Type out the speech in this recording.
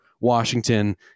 Washington